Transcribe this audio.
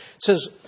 says